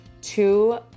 two